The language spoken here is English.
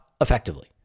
effectively